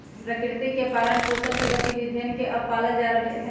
प्रकृति के पालन पोसन के गतिविधियन के अब पाल्ल जा रहले है